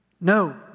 No